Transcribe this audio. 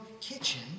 kitchen